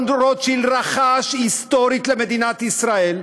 רוטשילד רכש היסטורית למדינת ישראל,